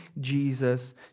Jesus